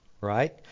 right